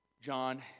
John